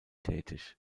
tätig